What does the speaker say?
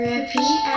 Repeat